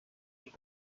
ich